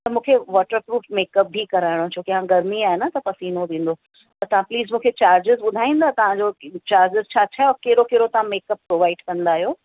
त मूंखे waterproof makeup बि कराइणो आहे छो की हाणे गर्मी आहे न त पसीनो ईंदो त तव्हां प्लीस मूंखे चार्जिस ॿुधाईंदा तव्हांजो चार्जिस छा ऐं कहिड़ो कहिड़ो तव्हां मेक अप प्रोवाइड कंदा आहियो